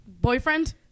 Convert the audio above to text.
Boyfriend